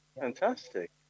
Fantastic